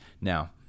Now